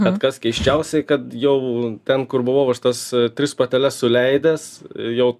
bet kas keisčiausiai kad jau ten kur buvau aš tas tris pateles suleidęs jau